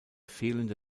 fehlende